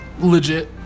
legit